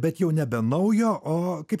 bet jau nebe naujo o kaip